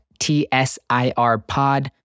TSIRpod